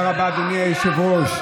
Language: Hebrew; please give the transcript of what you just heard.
תודה רבה, אדוני היושב-ראש.